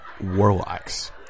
warlocks